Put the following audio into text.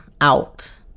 out